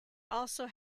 also